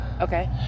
Okay